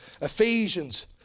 Ephesians